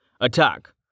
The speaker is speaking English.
Attack